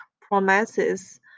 promises